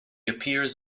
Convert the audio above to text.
appears